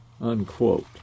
Unquote